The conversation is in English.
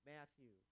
Matthew